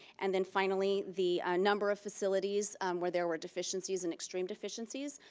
and then finally the number of facilities where there were deficiencies, and extreme deficiencies,